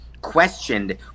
questioned